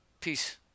Peace